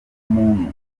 muntu